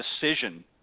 decision